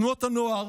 תנועות הנוער